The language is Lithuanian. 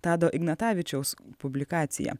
tado ignatavičiaus publikacija